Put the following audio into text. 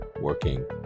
working